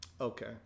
Okay